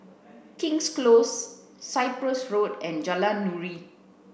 King's Close Cyprus Road and Jalan Nuri